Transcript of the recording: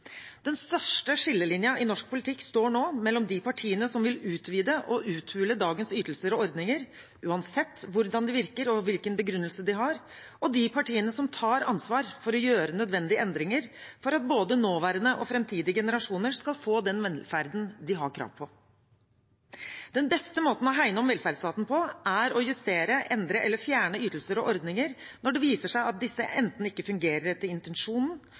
Den største skillelinjen i norsk politikk står nå mellom de partiene som vil utvide og uthule dagens ytelser og ordninger, uansett hvordan de virker, og hvilken begrunnelse de har, og de partiene som tar ansvar for å gjøre nødvendige endringer for at både nåværende og framtidige generasjoner skal få den velferden de har krav på. Den beste måten å hegne om velferdsstaten på er å justere, endre eller fjerne ytelser og ordninger når det viser seg at disse enten ikke fungerer etter intensjonen,